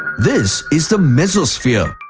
this is the mesosphere,